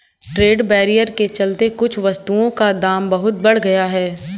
trade barrier के चलते कुछ वस्तुओं का दाम बहुत बढ़ गया है